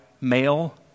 male